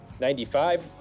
95